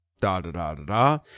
da-da-da-da-da